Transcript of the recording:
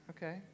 Okay